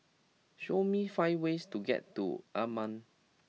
show me five ways to get to Amman